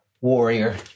warrior